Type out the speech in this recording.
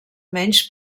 menys